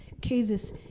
cases